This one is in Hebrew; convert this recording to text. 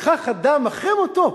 וכך אדם, אחרי מותו,